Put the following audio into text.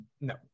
No